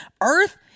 earth